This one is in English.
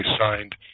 signed